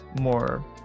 more